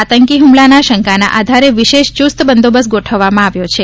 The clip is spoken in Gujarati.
આતંકી હુમલાના શંકા ના આધારે વિશેષ ચુસ્ત બંદોબસ્ત ગોઠવવામાં આવ્યો છે